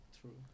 True